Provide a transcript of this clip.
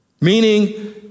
meaning